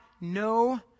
no